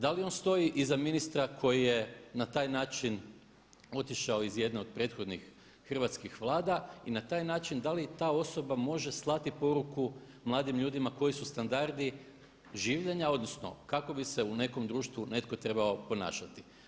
Da li on stoji iz ministra koji je na taj način otišao iz jedne od prethodnih hrvatskih Vlada i na taj način da li ta osoba može slati poruku mladim ljudima koji su standardi življenja, odnosno kako bi se u nekom društvu netko trebao ponašati.